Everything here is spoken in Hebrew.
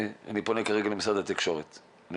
אני